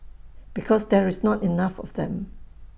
because there's not enough of them